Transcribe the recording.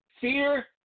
Fear